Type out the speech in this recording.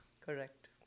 correct